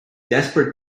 desperate